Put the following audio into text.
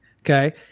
Okay